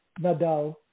Nadal